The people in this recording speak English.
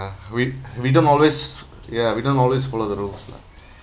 we we don't always ya we don't always follow the rules lah